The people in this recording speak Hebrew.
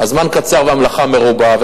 הזמן קצר והמלאכה מרובה,